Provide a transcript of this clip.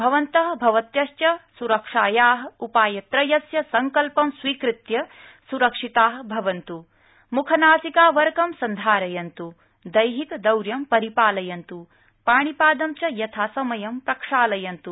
भवन्त भवत्य च सुरक्षाया उपायद्रयस्य संकल्पं स्वीकृत्य सुरक्षिता भवन्तु मुखावरकं सन्धारयन्तु सामाजिकदौर्यं परिपालयन्तु पाणिपादं च यथासमयं प्रक्षालयन्तु